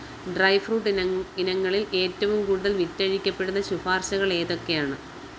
dry fruit ഇനം ഇനങ്ങളിൽ ഏറ്റവും കൂടുതൽ വിറ്റഴിക്കപ്പെടുന്ന ശുപാർശകൾ ഏതൊക്കെയാണ്